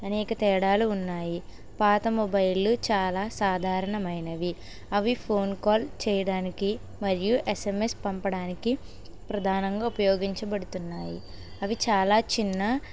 అనేక తేడాలు ఉన్నాయి పాత మొబైల్లు చాలా సాధారణమైనవి అవి ఫోన్ కాల్ చేయడానికి మరియు ఎస్ఎంఎస్ పంపడానికి ప్రధానంగా ఉపయోగించబడుతున్నాయి అవి చాలా చిన్న